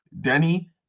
Denny